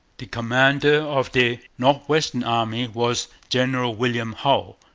the commander of the north-western army was general william hull.